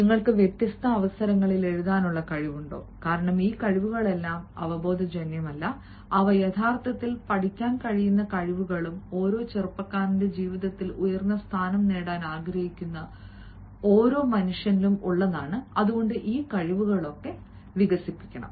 നിങ്ങൾക്ക് വ്യത്യസ്ത അവസരങ്ങളിൽ എഴുതാനുള്ള കഴിവുണ്ടോ കാരണം ഈ കഴിവുകളെല്ലാം അവബോധജന്യമല്ല അവ യഥാർത്ഥത്തിൽ പഠിക്കാൻ കഴിയുന്ന കഴിവുകളും ഓരോ ചെറുപ്പക്കാരനു ജീവിതത്തിൽ ഉയർന്ന സ്ഥാനം നേടാൻ ആഗ്രഹിക്കുന്ന ഓരോ മനുഷ്യനും ഈ കഴിവുകൾ വികസിപ്പിക്കണം